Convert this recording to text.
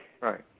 Right